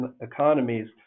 economies